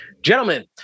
Gentlemen